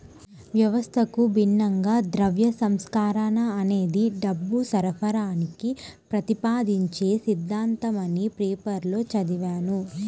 వ్యవస్థకు భిన్నంగా ద్రవ్య సంస్కరణ అనేది డబ్బు సరఫరాని ప్రతిపాదించే సిద్ధాంతమని పేపర్లో చదివాను